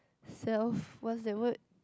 self what's that word